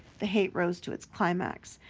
the hate rose to its climax.